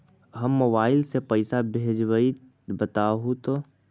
हम मोबाईल से पईसा भेजबई बताहु तो?